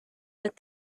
but